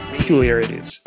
peculiarities